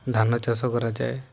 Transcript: ଧାନ ଚାଷ କରାଯାଏ